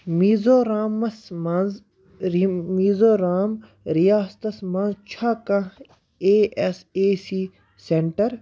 میٖزورامَس منٛز رِ میٖزورام رِیاستَس منٛز چھا کانٛہہ A S A C centre